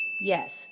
yes